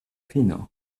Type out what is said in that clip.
fino